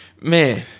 man